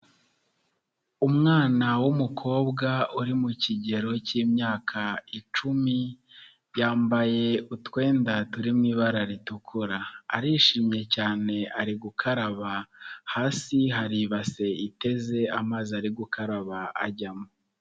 Umwana w'umukobwa uri mu kigero cy'imyaka icumi yambaye utwenda turi mu ibara ritukura arishimye cyane ari gukaraba, hasi hari ibase iteze amazi, ari gukaraba ajyamo.